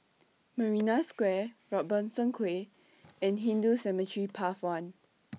Marina Square Robertson Quay and Hindu Cemetery Path one